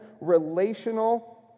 relational